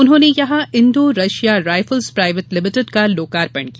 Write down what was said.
उन्होंने यहां Indo Russia rifles private limited का लोकार्पण किया